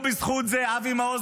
סופר בתמורה לזה שיכניסו את אבי מעוז